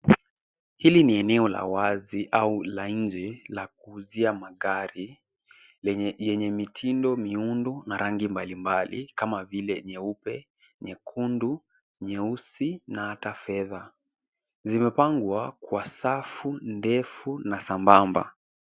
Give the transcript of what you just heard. Hili ni eneo la wazi au la nje la kuuzia magari yenye mitindo, miundo na rangi mbalimbali kama vile nyeupe, nyekundu, nyeusi na hata fedha. Zimepangwa kwa safu ndefu na sambamba.